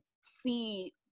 see